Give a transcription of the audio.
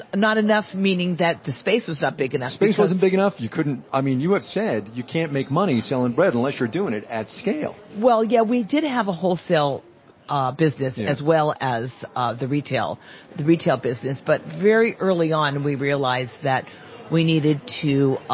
and not enough meaning that the space was not big enough, space wasn't big enough. i mean, you have said you can't make money selling bread unless you're doing it at scale. well, yeah. we didn't have a wholesale ah business, as well as ah the retail the retail business. but very early on and we realized that we needed to ah